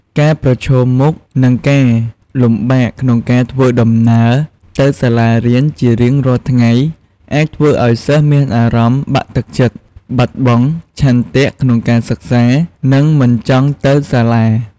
ការប្រឈមមុខនឹងការលំបាកក្នុងការធ្វើដំណើរទៅសាលារៀនជារៀងរាល់ថ្ងៃ អាចធ្វើឱ្យសិស្សមានអារម្មណ៍បាក់ទឹកចិត្ត បាត់បង់ឆន្ទៈក្នុងការសិក្សា និងមិនចង់ទៅសាលា។